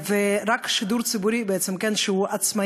רק שידור ציבורי שהוא עצמאי,